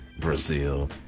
Brazil